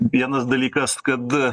vienas dalykas kad